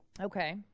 okay